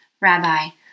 rabbi